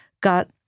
got